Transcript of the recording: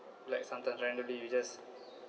like sometimes randomly you just